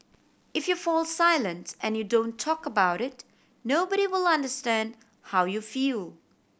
if you fall silent and you don't talk about it nobody will understand how you feel